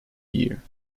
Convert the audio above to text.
year